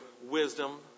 wisdom